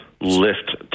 lift